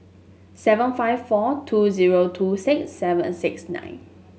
seven five four two zero two six seven six nine